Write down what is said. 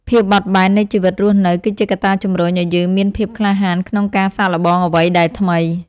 ភាពបត់បែននៃជីវិតរស់នៅ គឺជាកត្តាជំរុញឱ្យយើងមានភាពក្លាហានក្នុងការសាកល្បងអ្វីដែលថ្មី។